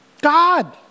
God